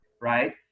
right